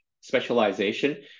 specialization